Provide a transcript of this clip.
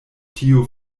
tiu